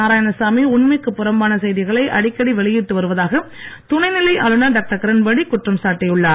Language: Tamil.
நாராயணசாமி உண்மைக்கு புறம்பான செய்திகளை அடிக்கடி வெளியிட்டு வருவதாக துணைநிலை ஆளுநர் டாக்டர் கிரண்பேடி குற்றம் சாட்டியுள்ளார்